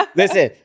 listen